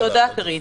תודה.